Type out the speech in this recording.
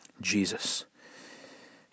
Jesus